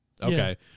okay